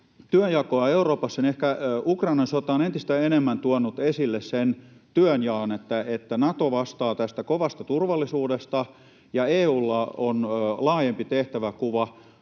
työnjakoa Euroopassa, niin ehkä Ukrainan sota on entistä enemmän tuonut esille sen työnjaon, että Nato vastaa tästä kovasta turvallisuudesta ja EU:lla on laajempi tehtäväkuva,